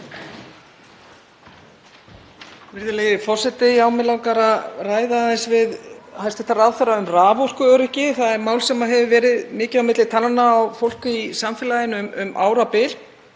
Virðulegi forseti. Mig langar að ræða aðeins við hæstv. ráðherra um raforkuöryggi. Það er mál sem hefur verið mikið á milli tannanna á fólki í samfélaginu um árabil,